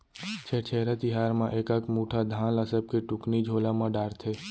छेरछेरा तिहार म एकक मुठा धान ल सबके टुकनी झोला म डारथे